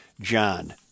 John